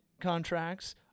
contracts